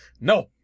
No